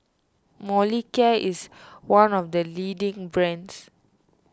Molicare is one of the leading brands